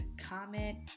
comment